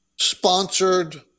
sponsored